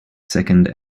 second